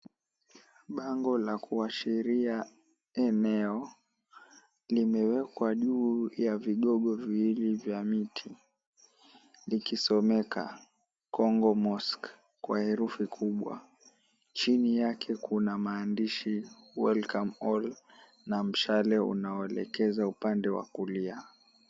Bango la kuashiria eneo limewekwa juu ya vigogo viwili vya miti likisomeka Kongo mosque kwa herufi kubwa, chini yake kuna maandishi welcome all na mshale unaoelekeza upande wa kulia.